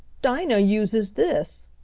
dinah uses this,